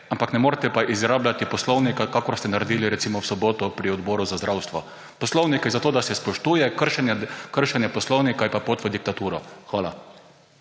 ampak ne morete pa izrabljati poslovnika, kakor ste naredili recimo v soboto na Odboru za zdravstvo. Poslovnik je zato, da se spoštuje, kršenje poslovnika je pa pot v diktaturo. Hvala.